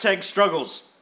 Struggles